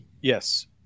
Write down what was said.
yes